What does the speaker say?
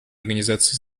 организации